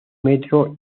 metro